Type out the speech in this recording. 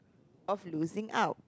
of losing out